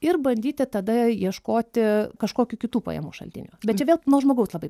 ir bandyti tada ieškoti kažkokių kitų pajamų šaltinių bet čia vėl nuo žmogaus labai